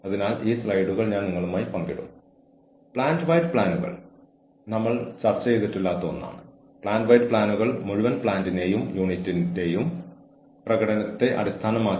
അതിനാൽ ചില വഴികളിൽ ജീവനക്കാരന്റെ പെരുമാറ്റം അവന്റെ അല്ലെങ്കിൽ അവളുടെ ഉൽപ്പന്നം എന്നിവ മെച്ചപ്പെടുത്താൻ സഹായിക്കുന്ന ഫീഡ്ബാക്കിന്റെ ഉദ്ദേശ്യത്തിനായി അവ ഉപയോഗിക്കാനാകും